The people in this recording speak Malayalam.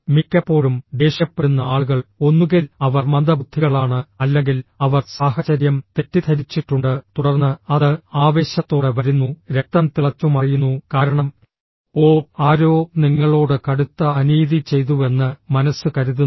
മിക്കപ്പോഴും ദേഷ്യപ്പെടുന്ന ആളുകൾ ഒന്നുകിൽ അവർ മന്ദബുദ്ധികളാണ് അല്ലെങ്കിൽ അവർ സാഹചര്യം തെറ്റിദ്ധരിച്ചിട്ടുണ്ട് തുടർന്ന് അത് ആവേശത്തോടെ വരുന്നു രക്തം തിളച്ചുമറിയുന്നു കാരണം ഓ ആരോ നിങ്ങളോട് കടുത്ത അനീതി ചെയ്തുവെന്ന് മനസ്സ് കരുതുന്നു